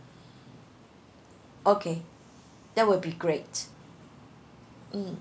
okay that will be great mm